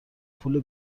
پول